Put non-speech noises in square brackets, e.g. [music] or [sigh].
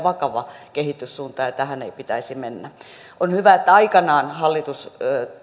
[unintelligible] vakava kehityssuunta ja tähän ei pitäisi mennä on hyvä että aikanaan hallitus